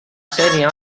sénia